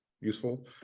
useful